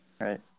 Right